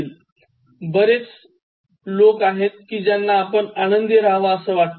असे बरेच लोक आहेत कि ज्यांना आपण आनंदी राहवं असे वाटते